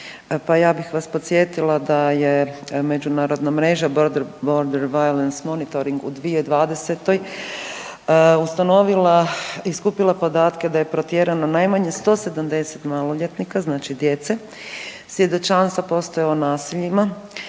Pa ja bih vas podsjetila da je međunarodna mreža Border Violence Monitoring u 2020. ustanovila i skupina podatke da je protjerano najmanje 170 maloljetnika znači djece. Svjedočanstva postoje o nasiljima,